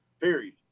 Period